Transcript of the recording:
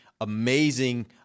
amazing